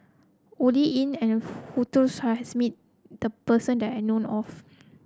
Oi Lin and Winston Choos met the person that I know of